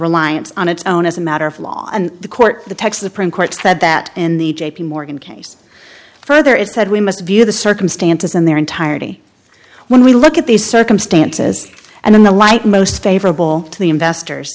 reliance on its own as a matter of law and the court the texas supreme court said that in the j p morgan case further it said we must view the circumstances in their entirety when we look at these circumstances and in the light most favorable to the investors